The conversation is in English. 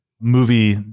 movie